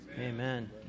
amen